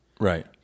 Right